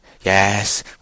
yes